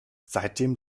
seitdem